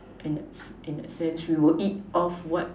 in the sense we will eat off what